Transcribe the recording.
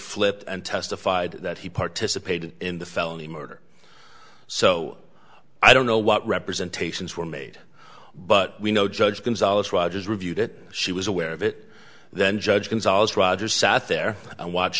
flipped and testified that he participated in the felony murder so i don't know what representations were made but we know judge gonzales rogers reviewed it she was aware of it then judge gonzales roger sat there and watch